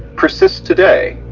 persist today,